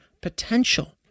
potential